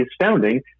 astounding